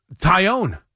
Tyone